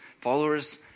followers